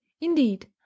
Indeed